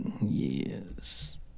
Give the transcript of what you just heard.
yes